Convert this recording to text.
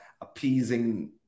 appeasing